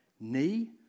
knee